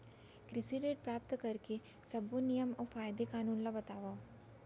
कृषि ऋण प्राप्त करेके सब्बो नियम अऊ कायदे कानून ला बतावव?